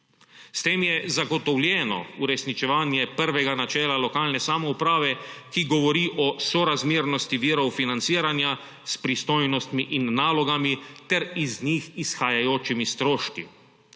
S tem je zagotovljeno uresničevanje prvega načela lokalne samouprave, ki govori o sorazmernosti virov financiranja s pristojnostmi in nalogami ter iz njih izhajajočimi stroški.